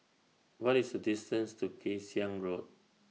What IS The distance to Kay Siang Road